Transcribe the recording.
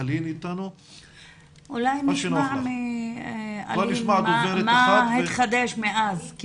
אולי נשמע מאלין מה התחדש מאז?